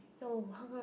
oh how come